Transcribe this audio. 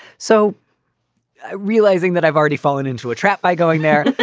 so realizing that i've already fallen into a trap by going there,